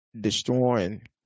destroying